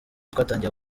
twatangiye